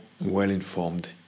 well-informed